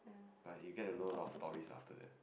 but you get to know a lot of stories after that